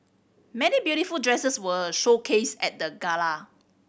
many beautiful dresses were showcased at the gala